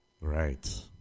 Right